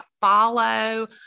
follow